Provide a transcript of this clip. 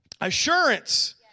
assurance